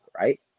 right